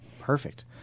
perfect